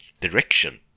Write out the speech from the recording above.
direction